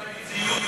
את רוצה להגיד: זיוף,